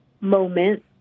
moment